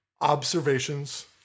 observations